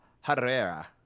Herrera